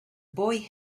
boy